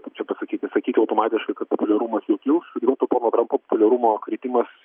kaip čia pasakyti sakyti automatiškai kad populiarumas nekils kiltų pono trampo populiarumo kritimas